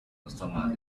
customers